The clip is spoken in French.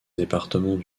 département